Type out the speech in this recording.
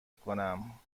کنم